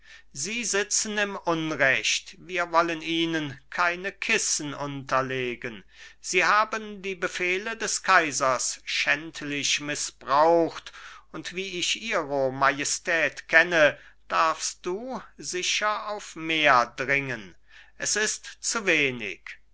sie sitzen im unrecht wir wollen ihnen keine kissen unterlegen sie haben die befehle des kaisers schändlich mißbraucht und wie ich ihro majestät kenne darfst du sicher auf mehr dringen es ist zu wenig